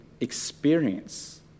experience